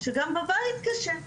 שגם בבית קשה,